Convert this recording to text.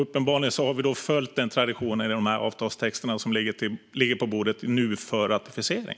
Uppenbarligen har vi följt den traditionen i de avtalstexter som nu ligger på bordet för ratificering.